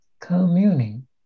communing